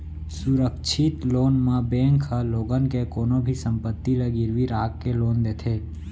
सुरक्छित लोन म बेंक ह लोगन के कोनो भी संपत्ति ल गिरवी राख के लोन देथे